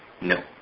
No